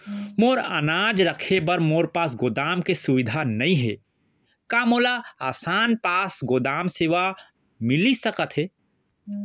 मोर अनाज रखे बर मोर पास गोदाम के सुविधा नई हे का मोला आसान पास गोदाम सेवा मिलिस सकथे?